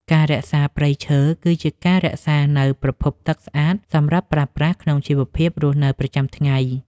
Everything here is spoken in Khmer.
ការរក្សាព្រៃឈើ គឺជាការរក្សានូវប្រភពទឹកស្អាតសម្រាប់ប្រើប្រាស់ក្នុងជីវភាពរស់នៅប្រចាំថ្ងៃ។